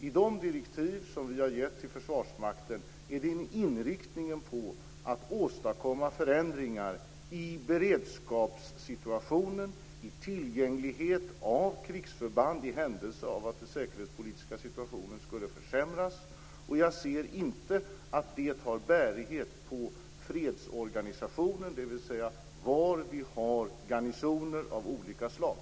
I de direktiv som vi har gett Försvarsmakten är inriktningen att åstadkomma förändringar i beredskapssituationen, i tillgängligheten av krigsförband i händelse av att den säkerhetspolitiska situationen skulle försämras. Jag ser inte att det har bärighet på fredsorganisationen, dvs. var vi har garnisoner av olika slag.